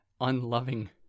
unloving